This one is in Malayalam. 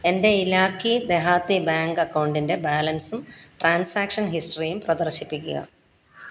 എൻ്റെ ഇലാക്കി ദെഹാതി ബാങ്ക് അക്കൗണ്ടിൻ്റെ ബാലൻസും ട്രാൻസാക്ഷൻ ഹിസ്റ്ററിയും പ്രദർശിപ്പിക്കുക